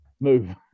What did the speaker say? move